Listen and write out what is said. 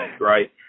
right